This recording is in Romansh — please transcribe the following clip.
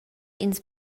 ins